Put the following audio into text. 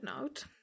note